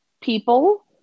people